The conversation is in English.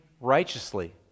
righteously